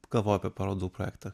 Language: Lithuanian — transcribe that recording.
galvoju apie parodų projektą